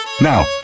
Now